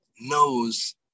knows